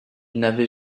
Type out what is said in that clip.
n’avait